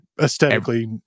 aesthetically